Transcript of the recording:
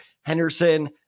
Henderson